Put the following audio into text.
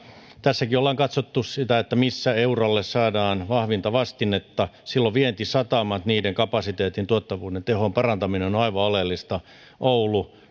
tässäkin ollaan katsottu missä eurolle saadaan vahvinta vastinetta silloin vientisatamien kapasiteetin tuottavuuden tehon parantaminen on aivan oleellista oulu nyt